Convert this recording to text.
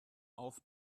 auf